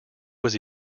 was